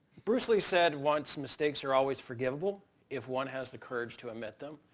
bruce lee said once mistakes are always forgivable if one has the courage to admit them.